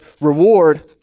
reward